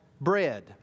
bread